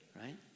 right